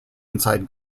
inside